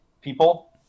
people